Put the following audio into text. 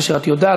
כאשר את יודעת,